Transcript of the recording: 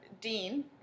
Dean